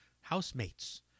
housemates